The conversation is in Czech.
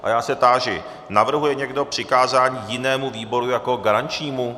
A já se táži navrhuje někdo přikázání jinému výboru jako garančnímu?